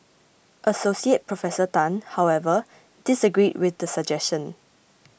Associate Professor Tan however disagreed with the suggestion